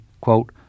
quote